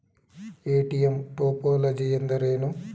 ATM topology ಎಂದರೇನು?